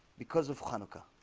because of hanukkah